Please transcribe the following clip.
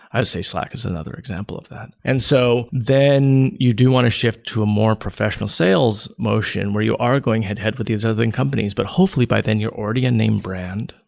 i'd say slack is another example of that. and so then you do want to shift to a more professional sales motion where you are going head-to head with these other companies, but hopefully by then you're already a named brand.